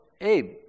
Abe